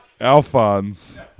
Alphonse